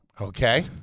Okay